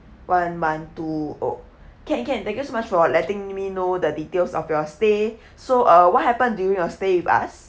one one two oh can can thank you so much for letting me know the details of your stay so uh what happened during your stay with us